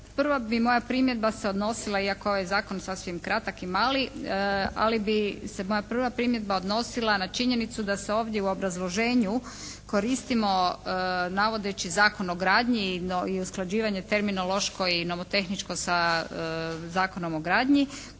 Prvo bi moja primjedba se odnosila iako je ovaj Zakon sasvim kratak i mali, ali bi se moja prva primjedba odnosila na činjenicu da se ovdje u obrazloženju koristimo navodeći Zakon o gradnji i usklađivanju terminološko i nomotehničko sa Zakonom o gradnji